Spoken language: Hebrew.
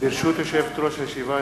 ברשות יושבת-ראש הישיבה,